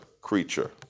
creature